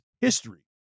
history